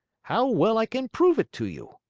how well i can prove it to you!